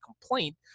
complaint